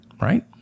Right